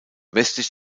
westlich